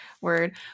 word